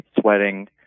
sweating